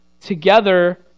Together